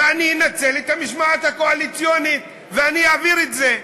אני אנצל את המשמעת הקואליציונית ואני אעביר את זה.